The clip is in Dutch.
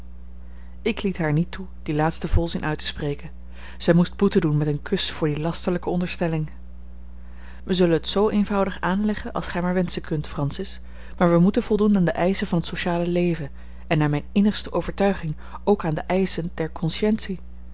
ik liet haar niet toe dien laatsten volzin uit te spreken zij moest boete doen met een kus voor die lasterlijke onderstelling wij zullen het zoo eenvoudig aanleggen als gij maar wenschen kunt francis maar wij moeten voldoen aan de eischen van t sociale leven en naar mijne innigste overtuiging ook aan de eischen der